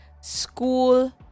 School